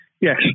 Yes